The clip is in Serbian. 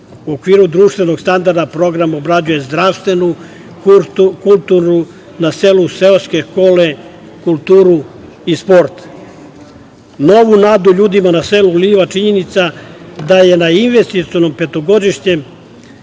okviru društvenog standarda program obrađuje zdravstvenu, kulturnu na selu seoske škole, kulturu i sport. Novu nadu ljudima na selu uliva činjenica da je na investicionom petogodišnjem